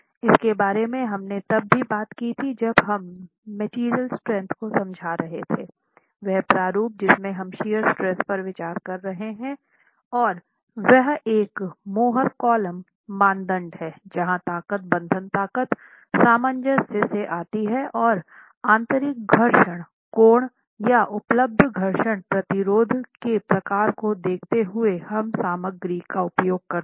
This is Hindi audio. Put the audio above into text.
इसके बारे में हमने तब भी बात की थी जब हम मटेरियल स्ट्रेंथ को समझ रहे थे वह प्रारूप जिसमें हम शियर स्ट्रेस पर विचार कर रहे हैं वह एक मोहर कौलम्ब मानदंड है जहां ताकत बंधन ताकत सामंजस्य से आती है और आंतरिक घर्षण कोण या उपलब्ध घर्षण प्रतिरोध के प्रकार को देखते हुए हम सामग्री का उपयोग करते हैं